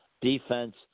Defense